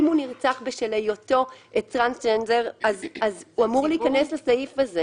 אם הוא נרצח בשל היותו טרנסג'נדר אז הוא אמור להיכנס לסעיף הזה.